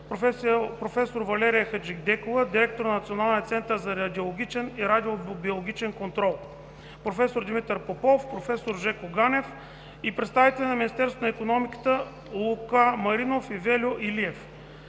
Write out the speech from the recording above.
проф. Валерия Хаджидекова – директор на Националния център за радиологичен и радиобиологичен контрол; проф. Димитър Петров; проф. Жеко Ганев; и представители на Министерство на икономиката: Луко Маринов и Вельо Илиев;